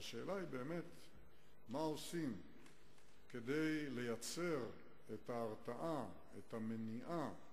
והשאלה היא מה עושים כדי לייצר את ההרתעה ואת המניעה.